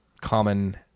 common